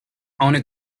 only